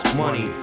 money